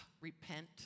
repent